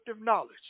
knowledge